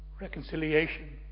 Reconciliation